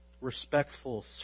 respectful